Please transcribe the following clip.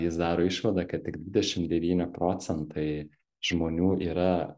jis daro išvadą kad tik dvidešim devyni procentai žmonių yra